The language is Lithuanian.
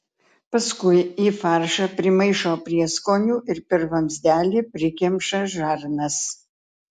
paskui į faršą primaišo prieskonių ir per vamzdelį prikemša žarnas